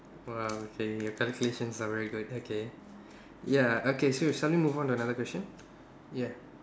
!wah! okay your calculations are very good okay ya okay sure shall we move on to another question ya